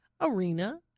arena